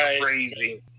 crazy